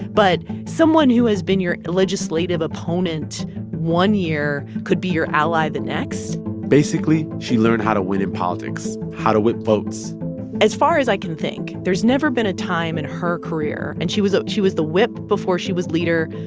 but someone who has been your legislative opponent opponent one year could be your ally the next basically, she learned how to win in politics, how to whip votes as far as i can think, there's never been a time in her career and she was she was the whip before she was leader,